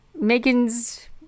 Megan's